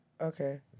Okay